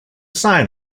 sign